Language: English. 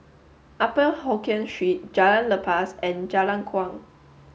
upper Hokkien Street Jalan Lepas and Jalan Kuang